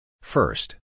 First